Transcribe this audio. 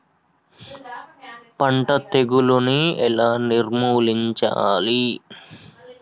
పంట తెగులుని ఎలా నిర్మూలించాలి?